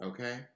Okay